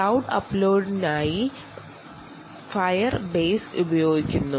cloud അപ്ലോഡിനായി Firebase ഉപയോഗിക്കുന്നു